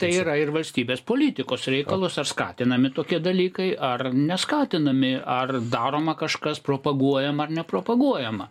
tai yra ir valstybės politikos reikalus ar skatinami tokie dalykai ar neskatinami ar daroma kažkas propaguojama ar nepropaguojama